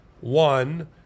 one